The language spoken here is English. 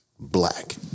Black